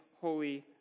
holy